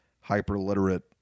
hyper-literate